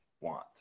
want